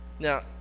Now